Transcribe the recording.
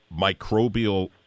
microbial